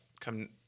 come